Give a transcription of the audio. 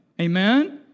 Amen